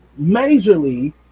majorly